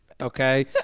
Okay